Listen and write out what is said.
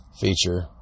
feature